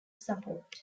support